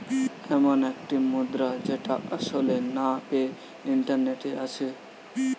এমন একটি মুদ্রা যেটা আসলে না পেয়ে ইন্টারনেটে আসে